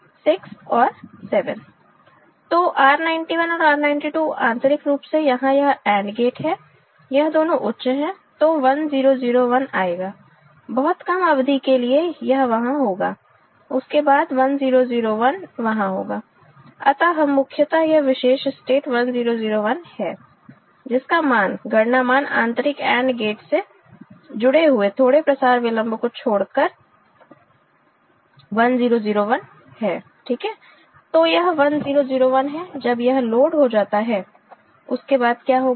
6 और 7 तो R 91 और R 92 आंतरिक रूप से यहां यह AND गेट हैयह दोनों उच्च है तो 1 0 0 1 आएगा बहुत कम अवधि के लिए यह वहां होगा उसके बाद 1 0 0 1 वहां होगा अतः मुख्यतः यह विशेष स्टेट 1 0 0 1 है जिसका मान गणना मान आंतरिक AND गेट से जुड़े हुए थोड़े प्रसार विलंब को छोड़कर 1 0 0 1 है ठीक हैतो यह 1 0 0 1 जब यह लोड हो जाता है उसके बाद क्या होगा